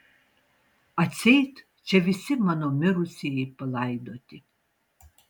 atseit čia visi mano mirusieji palaidoti